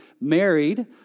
married